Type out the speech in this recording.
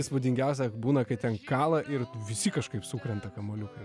įspūdingiausia būna kai ten kala ir visi kažkaip sukrenta kamuoliukai